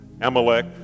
Amalek